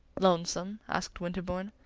lonesome? asked winterbourne.